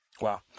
Wow